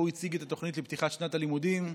שבו הוא הציג את התוכנית לפתיחת שנת הלימודים.